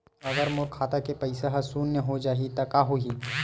अगर मोर खाता के पईसा ह शून्य हो जाही त का होही?